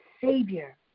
Savior